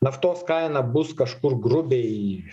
naftos kaina bus kažkur grubiai